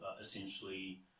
essentially